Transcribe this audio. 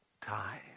time